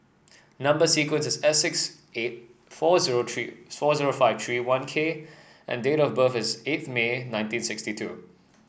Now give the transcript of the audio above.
number sequence is S six eight four zero three four zero five three one K and date of birth is eighth May nineteen sixty two